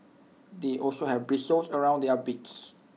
they also have bristles around their beaks